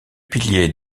piliers